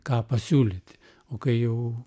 ką pasiūlyti o kai jau